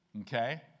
okay